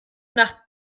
nach